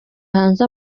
hanze